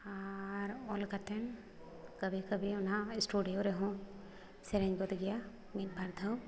ᱟᱨ ᱚᱞ ᱠᱟᱛᱮᱫ ᱠᱟᱹᱵᱷᱤ ᱠᱟᱹᱵᱷᱤ ᱚᱱᱟ ᱥᱴᱩᱰᱤᱭᱳ ᱨᱮᱦᱚᱸ ᱥᱮᱨᱮᱧ ᱜᱚᱫ ᱜᱮᱭᱟ ᱢᱤᱫ ᱵᱟᱨᱫᱷᱟᱣ